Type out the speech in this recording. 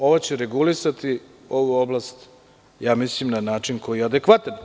Ovo će regulisati ovu oblast, mislim na način koji je adekvatan.